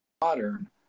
modern